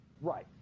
Right